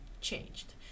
changed